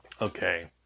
Okay